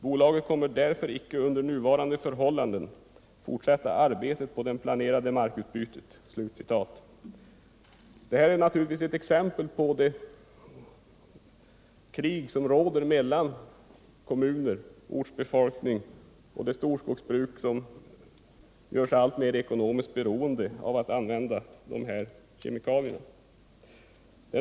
Bolaget kommer därför icke att under nuvarande förhållanden fortsätta arbetet på det planerade markbytet.” Detta är ett exempel på det krig som råder mellan å ena sidan kommuner och ortsbefolkning och å andra sidan det storskogsbruk som gör sig alltmer ekonomiskt beroende av att använda kemikalier.